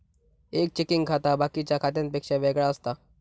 एक चेकिंग खाता बाकिच्या खात्यांपेक्षा वेगळा असता